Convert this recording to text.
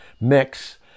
mix